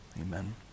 Amen